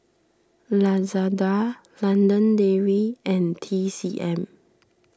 Lazada London Dairy and T C M